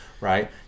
right